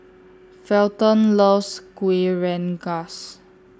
Felton loves Kueh Rengas